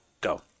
Go